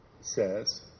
says